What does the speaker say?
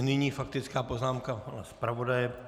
Nyní faktická poznámka pana zpravodaje.